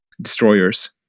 destroyers